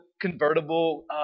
convertible